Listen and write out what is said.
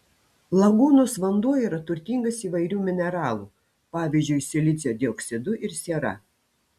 lagūnos vanduo yra turtingas įvairių mineralų pavyzdžiui silicio dioksidu ir siera